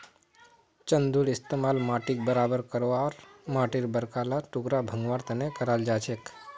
चंघूर इस्तमाल माटीक बराबर करवा आर माटीर बड़का ला टुकड़ा भंगवार तने कराल जाछेक